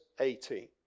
18